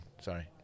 Sorry